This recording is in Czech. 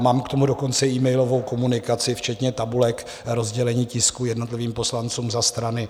Mám k tomu dokonce i emailovou komunikaci včetně tabulek a rozdělení tisků jednotlivým poslancům za strany.